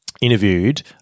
interviewed-